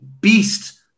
beast